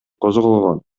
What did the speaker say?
козголгон